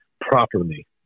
properly